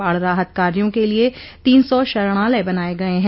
बाढ़ राहत कार्यों के लिये तीन सौ शरणालय बनाये गये हैं